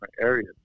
areas